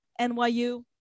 NYU